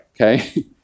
okay